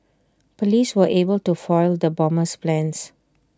Police were able to foil the bomber's plans